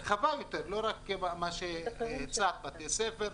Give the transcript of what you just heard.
רחבה יותר, לא רק בתי ספר,